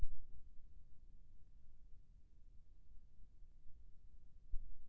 कोन से कम्पनी के हारवेस्टर मशीन हर जादा ठीन्ना अऊ सफल हे?